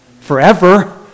forever